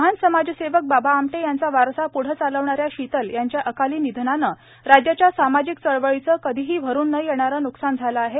महान समाजसेवक बाबा आमटे यांचा वारसा प्रढे चालविणाऱ्या शीतल यांच्या अकाली निधनाने राज्याच्या सामाजिक चळवळीचे कधीही भरून न येणारे न्कसान झाले आहे